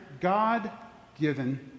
God-given